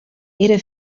era